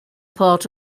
part